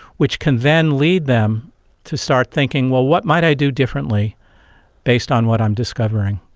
which can then lead them to start thinking, well, what might i do differently based on what i'm discovering.